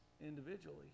individually